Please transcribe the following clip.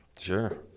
Sure